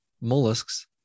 mollusks